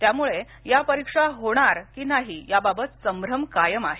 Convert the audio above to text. त्यामुळे या परीक्षा होणार किंवा नाही याबाबत संभ्रम कायम आहे